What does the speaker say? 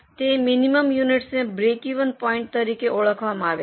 તે મિનિમમ યુનિટસને breakeven point તરીકે ઓળખવામાં આવે છે